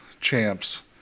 champs